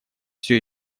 все